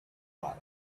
light